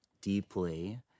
deeply